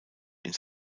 ins